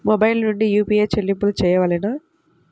Mobile నుండే UPI చెల్లింపులు చేయవలెనా?